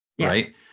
right